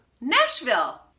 Nashville